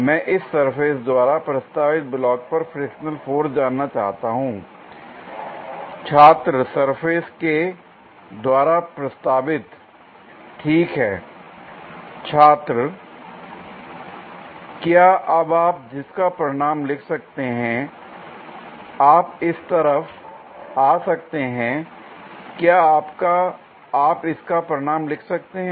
मैं इस सरफेस द्वारा प्रस्तावित ब्लॉक पर फ्रिक्शनल फोर्स जानना चाहता हूं l छात्र सरफेस के द्वारा प्रस्तावित ठीक है छात्र क्या अब आप जिसका परिमाण लिख सकते हैं आप इस तरफ आ सकते हैं क्या आप इसका परिमाण लिख सकते हैं